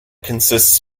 consists